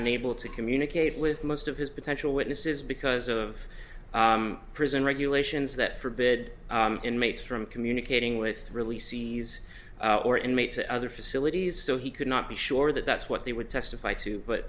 unable to communicate with most of his potential witnesses because of prison regulations that forbid inmates from communicating with really sees or inmates at other facilities so he could not be sure that that's what they would testify to but